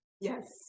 Yes